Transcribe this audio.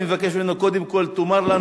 אני מבקש ממנו: קודם כול תאמר לנו,